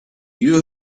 you